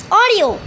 audio